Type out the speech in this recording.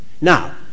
Now